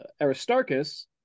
Aristarchus